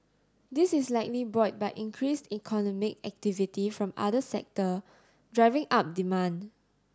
this is likely buoyed by increased economic activity from other sectors driving up demand